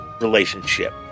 relationship